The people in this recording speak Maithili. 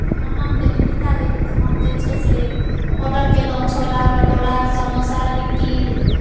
हमर नाम भेल विनीता देबी तऽ हम जे छै से ऑर्डर केलहुँ छोला भठूरा समोसा लिट्टी